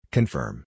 Confirm